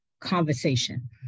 conversation